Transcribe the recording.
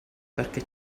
perché